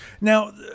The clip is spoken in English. Now